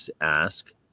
ask